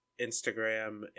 instagram